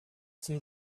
zum